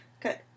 Good